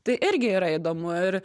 tai irgi yra įdomu ir